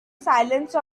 silence